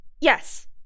Yes